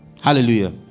Hallelujah